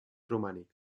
romànic